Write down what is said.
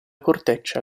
corteccia